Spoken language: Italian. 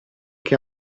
che